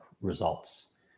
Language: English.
results